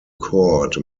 court